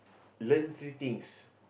learn few things